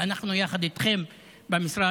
ואנחנו יחד איתכם במשרד,